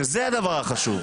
שזה הדבר החשוב.